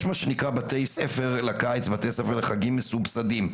יש מה שנקרא בתי ספר לקיץ ובתי ספר לחגים מסובסדים.